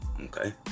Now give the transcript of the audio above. Okay